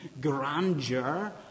grandeur